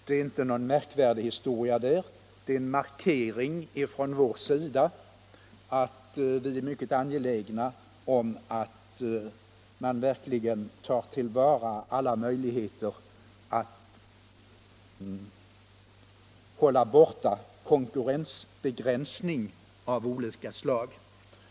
Det är inte någon märkvärdig historia — det är en markering från vår sida att vi är mycket angelägna om att man verkligen tar till vara alla möjligheter att hålla borta konkurrensbegränsning av olika slag.